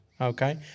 Okay